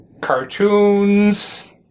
Cartoons